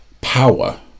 power